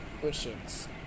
questions